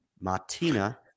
martina